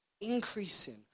Increasing